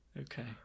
Okay